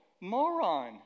moron